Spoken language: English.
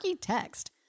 text